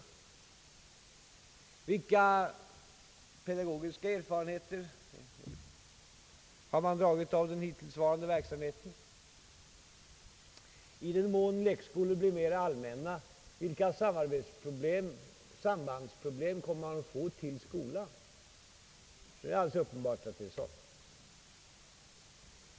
Vilka pedagogiska erfarenheter har man vunnit av den hittillsvarande verksamheten och — i den mån lekskolan blir mer allmän — vilka sambandsproblem kommer man att få till den obligatoriska skolan? Det är alldeles uppenbart att vi här saknar erfarenheter.